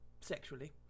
Sexually